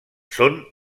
són